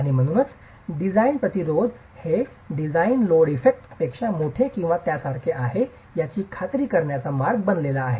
आणि म्हणूनच डिझाइन प्रतिरोध हे डिझाईन लोड इफेक्ट पेक्षा मोठे किंवा त्यासारखे आहे याची खात्री करण्याचा मार्ग बनला आहे